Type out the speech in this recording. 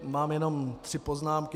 Mám jenom tři poznámky.